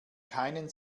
keinen